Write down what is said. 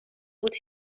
بود